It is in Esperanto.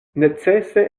necese